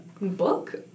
book